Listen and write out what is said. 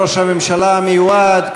ראש הממשלה המיועד,